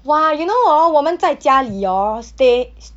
!wah! you know hor 我们在家里 hor stay s~